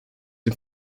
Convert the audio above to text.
dem